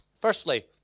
Firstly